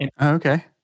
Okay